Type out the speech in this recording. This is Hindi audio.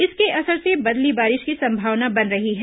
इसके असर से बदली बारिश की संभावना बन रही है